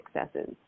successes